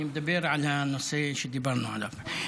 אני מדבר על הנושא שדיברנו עליו.